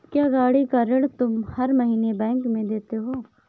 क्या, गाड़ी का ऋण तुम हर महीने बैंक में देते हो?